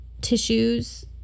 tissues